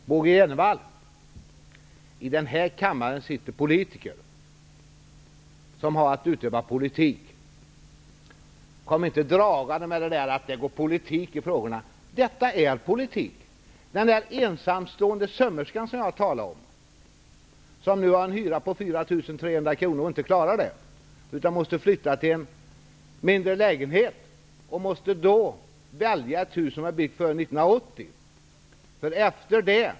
Herr talman! Bo G Jenevall, i den här kammaren sitter politiker som har att utöva politik. Kom inte dragande med att det går politik i frågorna! Detta är politik. Den ensamstående sömmerskan som jag talade om, som har en hyra på 4 300 kr och inte klarar det, utan måste flytta till en mindre lägenhet, måste välja ett hus som är byggt före 1980.